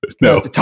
No